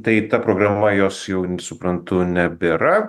tai ta programa jos jau suprantu nebėra